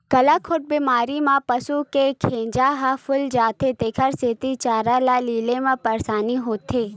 गलाघोंट बेमारी म पसू के घेंच ह फूल जाथे तेखर सेती चारा ल लीले म परसानी होथे